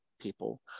people